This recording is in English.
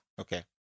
Okay